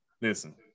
Listen